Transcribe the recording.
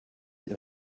ihr